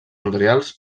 notarials